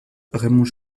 raymond